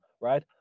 right